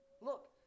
Look